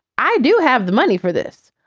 i do have the money for this.